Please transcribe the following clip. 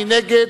מי נגד?